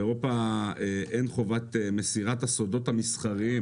באירופה אין חובת מסירת הסודות המסחריים